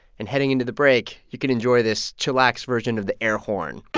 and heading into the break, you can enjoy this chillax version of the air horn